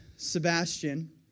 Sebastian